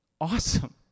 Awesome